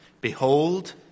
Behold